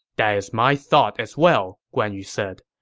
that is my thought as well, guan yu said.